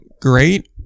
great